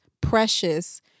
precious